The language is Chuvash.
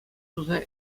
туса